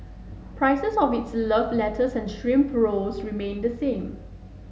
prices of its love letters and shrimp rolls remain the same